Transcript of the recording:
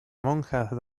monjas